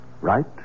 Right